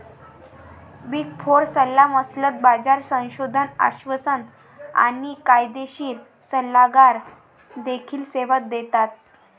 big four सल्लामसलत, बाजार संशोधन, आश्वासन आणि कायदेशीर सल्लागार देखील सेवा देतात